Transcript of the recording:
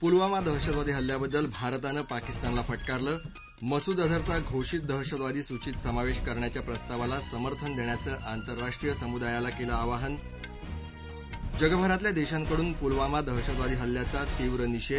पुलावामा दहशतवादी हल्ल्याबद्दल भारतानं पाकिस्तनला फटकारलं मसूद अझरचा घोषित दहशतवादी सूचित समावेश करण्याच्या प्रस्तावाला समर्थन देण्याचं आंतरराष्ट्रीय समुदायाला केलं आवाहन जगभरातल्या देशांकडून पुलावामा दहशतवादी हल्ल्याचा तीव्र निषेध